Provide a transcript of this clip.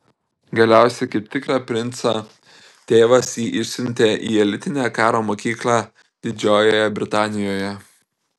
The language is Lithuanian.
galiausiai kaip tikrą princą tėvas jį išsiuntė į elitinę karo mokyklą didžiojoje britanijoje